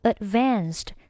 Advanced